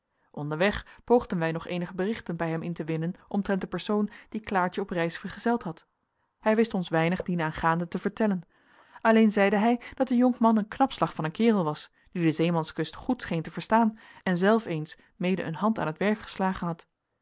onderweg poogden wij nog eenige berichten bij hem in te winnen omtrent den persoon die klaartje op reis vergezeld had hij wist ons weinig dienaangaande te vertellen alleen zeide hij dat de jonkman een knap slag van een kerel was die de zeemanskunst goed scheen te verstaan en zelf eens mede een hand aan t werk geslagen had